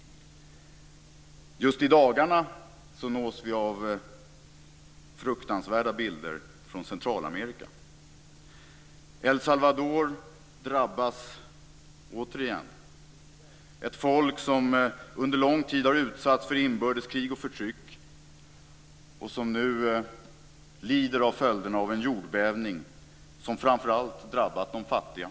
Just i dagarna nås vi av fruktansvärda bilder från Centralamerika. El Salvador drabbas återigen. Det är ett folk som under en lång tid har utsatts för inbördeskrig och förtryck och som nu lider av följderna av en jordbävning som framför allt har drabbat de fattiga.